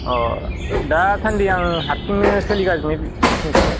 अ दासान्दि आं हारसिंनो सोलिगासिनो बिजनेसखौ